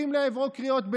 הכי הרבה מצטלם ליד סיבים